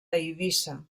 eivissa